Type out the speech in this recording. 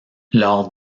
lors